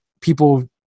people